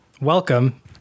Welcome